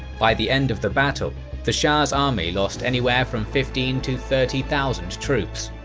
by the end of the battle the shah's army lost anywhere from fifteen to thirty thousand troops,